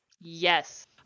Yes